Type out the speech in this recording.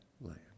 land